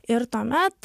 ir tuomet